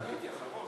אני הייתי אחרון.